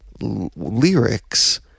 lyrics